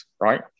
right